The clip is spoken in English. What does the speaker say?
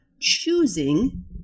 choosing